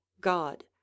God